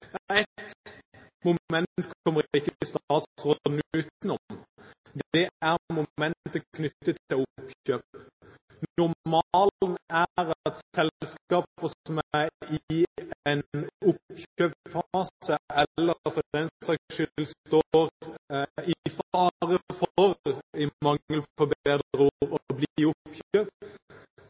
knyttet til oppkjøp. Normalen er at selskaper som er i en oppkjøpsfase, eller for den saks skyld står i fare for – i mangel på bedre ord